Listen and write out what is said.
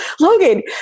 Logan